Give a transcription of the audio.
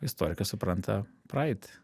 istorikas supranta praeitį